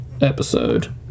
episode